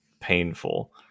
painful